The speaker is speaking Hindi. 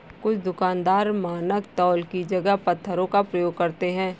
कुछ दुकानदार मानक तौल की जगह पत्थरों का प्रयोग करते हैं